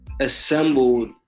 assembled